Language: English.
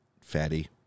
fatty